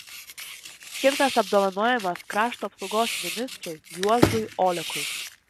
skirtas apdovanojimas krašto apsaugos ministrui juozui olekui